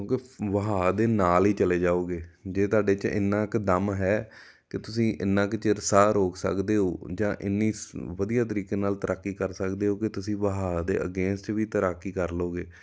ਕਿਉੰਕਿ ਵਹਾਅ ਦੇ ਨਾਲ ਹੀ ਚਲੇ ਜਾਉਗੇ ਜੇ ਤੁਹਾਡੇ 'ਚ ਇੰਨਾ ਕੁ ਦਮ ਹੈ ਕਿ ਤੁਸੀਂ ਇੰਨਾ ਕੁ ਚਿਰ ਸਾਹ ਰੋਕ ਸਕਦੇ ਹੋ ਜਾਂ ਇੰਨੀ ਵਧੀਆ ਤਰੀਕੇ ਨਾਲ ਤੈਰਾਕੀ ਕਰ ਸਕਦੇ ਹੋ ਕਿ ਤੁਸੀਂ ਵਹਾਅ ਦੇ ਅਗੇਂਸਟ ਵੀ ਤੈਰਾਕੀ ਕਰ ਲਉਗੇ